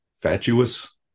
fatuous